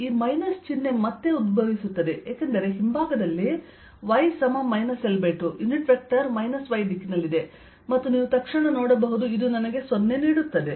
ಈ ಮೈನಸ್ ಚಿಹ್ನೆ ಮತ್ತೆ ಉದ್ಭವಿಸುತ್ತದೆ ಏಕೆಂದರೆ ಹಿಂಭಾಗದಲ್ಲಿ y L2 ನಲ್ಲಿ ಯುನಿಟ್ ವೆಕ್ಟರ್ ಮೈನಸ್ y ದಿಕ್ಕಿನಲ್ಲಿದೆ ಮತ್ತು ನೀವು ತಕ್ಷಣ ನೋಡಬಹುದು ಇದು ನನಗೆ 0 ನೀಡುತ್ತದೆ